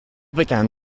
began